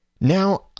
Now